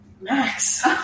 Max